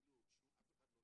אני לא מביא דוגמה.